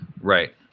Right